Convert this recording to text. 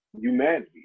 humanity